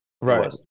right